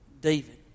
David